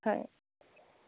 হয়